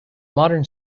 modern